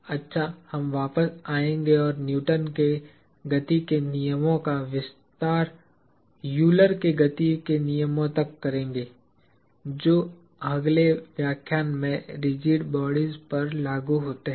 अच्छा हम वापस आएंगे और न्यूटन के गति के नियमों का विस्तार यूलर के गति के नियमों तक करेंगे जो अगले व्याख्यान में रिजिड बॉडीज पर लागू होते हैं